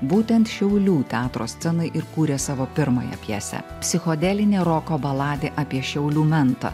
būtent šiaulių teatro scenai ir kūrė savo pirmąją pjesę psichodelinė roko baladė apie šiaulių mentą